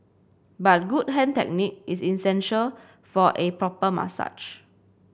but good hand technique is essential for a proper massage